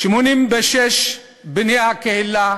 86% מבני הקהילה